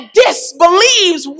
disbelieves